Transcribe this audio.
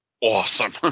awesome